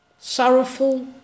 Sorrowful